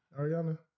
Ariana